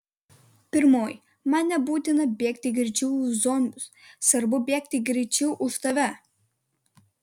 pirmoji man nebūtina bėgti greičiau už zombius svarbu bėgti greičiau už tave